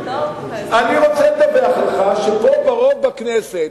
אני רוצה לדווח לך שפה ברוב בכנסת,